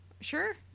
sure